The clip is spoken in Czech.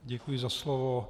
Děkuji za slovo.